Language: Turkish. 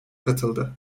katıldı